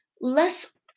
less